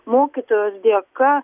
mokytojos dėka